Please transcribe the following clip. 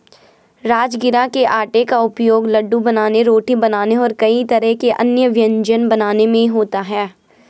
राजगिरा के आटे का उपयोग लड्डू बनाने रोटी बनाने और कई तरह के अन्य व्यंजन बनाने में होता है